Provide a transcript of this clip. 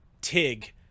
Tig